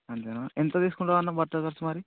అంతేనా ఎంత తీసుకుంటావు అన్న మొత్తం కలిసి మరి